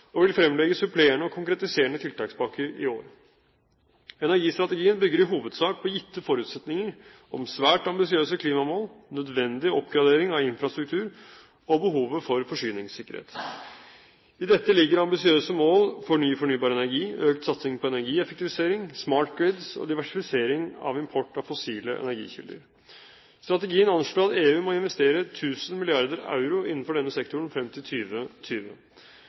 og vil fremlegge supplerende og konkretiserende tiltakspakker i år. Energistrategien bygger i hovedsak på gitte forutsetninger om svært ambisiøse klimamål, nødvendige oppgraderinger av infrastruktur og behovet for forsyningssikkerhet. I dette ligger ambisiøse mål for ny fornybar energi, økt satsing på energieffektivisering, «smart grids» og diversifisering av import av fossile energikilder. Strategien anslår at EU må investere 1 000 mrd. euro innenfor denne sektoren frem til